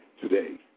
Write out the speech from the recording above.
today